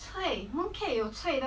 ya 就是他是比较